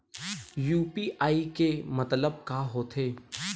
UPI के मतलब का होथे?